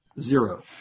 zero